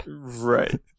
Right